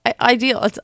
ideal